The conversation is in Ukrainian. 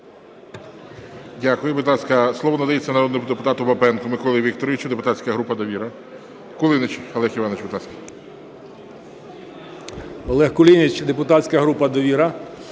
Дякую. Будь ласка, слово надається народному депутату Бабенку Миколі Вікторовичу, депутатська група "Довіра". Кулініч Олег Іванович, будь ласка. 13:34:07 КУЛІНІЧ О.І. Олег Кулініч, депутатська група "Довіра".